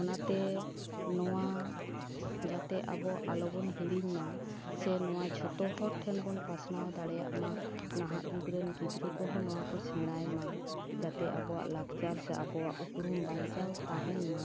ᱚᱱᱟᱛᱮ ᱱᱚᱣᱟ ᱡᱟᱛᱮ ᱟᱞᱚᱵᱚᱱ ᱦᱤᱲᱤᱧ ᱢᱟ ᱥᱮ ᱱᱚᱣᱟ ᱡᱷᱚᱛᱚ ᱦᱚᱲ ᱴᱷᱮᱱ ᱵᱚᱱ ᱯᱟᱥᱱᱟᱣ ᱫᱟᱲᱮᱭᱟᱜ ᱢᱟ ᱱᱟᱦᱟᱜᱽ ᱡᱩᱜᱽ ᱨᱮᱱ ᱜᱤᱫᱽᱨᱟᱹ ᱠᱚᱦᱚᱸ ᱱᱚᱣᱟ ᱠᱚ ᱥᱮᱬᱟᱭ ᱢᱟ ᱡᱟᱛᱮ ᱟᱵᱚᱣᱟᱜ ᱞᱟᱠᱪᱟᱨ ᱥᱮ ᱟᱵᱚᱣᱟᱜ ᱩᱯᱨᱩᱢ ᱵᱟᱧᱪᱟᱣ ᱛᱟᱦᱮᱱ ᱢᱟ